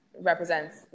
represents